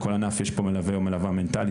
לכל ענף יש פה מלווה או מלווה מנטלית,